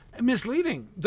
misleading